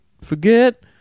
forget